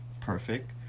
perfect